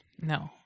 No